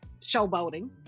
showboating